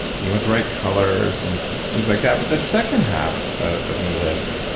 you want the right colors and things like that. but the second half of your list,